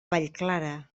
vallclara